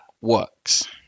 works